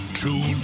two